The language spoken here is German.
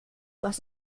was